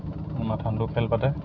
marathon দৌৰ খেল পাতে